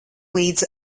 līdz